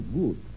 good